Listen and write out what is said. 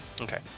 okay